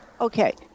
Okay